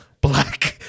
black